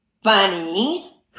Funny